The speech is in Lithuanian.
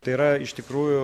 tai yra iš tikrųjų